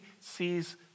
sees